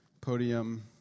podium